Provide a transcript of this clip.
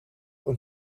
een